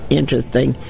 interesting